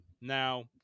Now